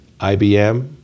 IBM